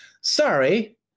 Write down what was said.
Sorry